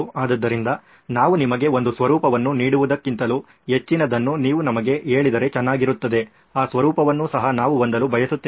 ಆದ್ದರಿಂದ ನಾವು ನಿಮಗೆ ಒಂದು ಸ್ವರೂಪವನ್ನು ನೀಡುವುದಕ್ಕಿಂತಲೂ ಹೆಚ್ಚಿನದನ್ನು ನೀವು ನಮಗೆ ಹೇಳಿದರೆ ಚೆನ್ನಾಗಿರುತ್ತದೆ ಆ ಸ್ವರೂಪವನ್ನು ಸಹ ನಾವು ಹೊಂದಲು ಬಯಸುತ್ತೇವೆ